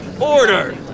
Order